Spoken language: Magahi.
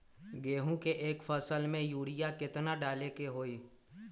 गेंहू के एक फसल में यूरिया केतना डाले के होई?